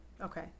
Okay